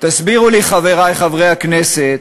תסבירו לי, חברי חברי הכנסת,